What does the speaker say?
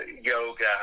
yoga